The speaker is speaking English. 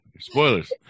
Spoilers